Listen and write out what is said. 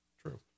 true